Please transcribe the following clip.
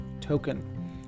token